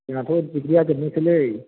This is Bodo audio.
जोंहाथ' डिग्रीया जोबनोसैलै